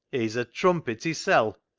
he's a trumpet hissel'!